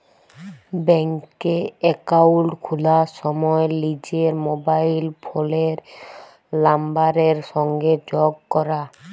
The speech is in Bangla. ব্যাংকে একাউল্ট খুলার সময় লিজের মবাইল ফোলের লাম্বারের সংগে যগ ক্যরা